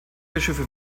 bischöfe